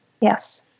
Yes